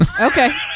Okay